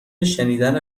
شنیدن